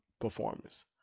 performance